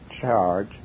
charge